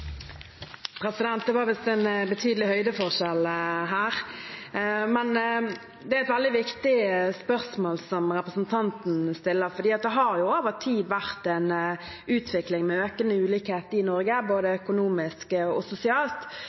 et veldig viktig spørsmål. Det har over tid vært en utvikling med økende ulikhet, både økonomisk og sosialt, i Norge. Regjeringen vil føre en politikk som reduserer forskjeller og